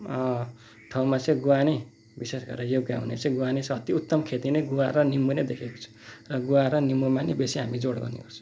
ठाउँमा चाहिँ गुवा नै विशेष गरेर योग्य हुने चाहिँ गुवा नै अति उत्तम खती नै गुवा र निम्बू नै देखेको छु र गुवा र निम्बूमा नै बेसी हामी जोर गर्ने गर्छौँ